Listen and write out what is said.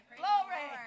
glory